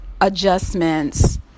adjustments